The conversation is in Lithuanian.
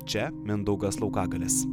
čia mindaugas laukagalis